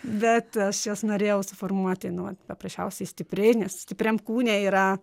bet aš jas norėjau suformuoti nu vat paprasčiausiai stipriai nes stipriam kūne yra